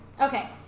Okay